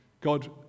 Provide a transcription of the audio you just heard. God